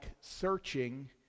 searching